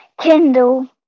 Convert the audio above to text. Kindle